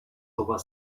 over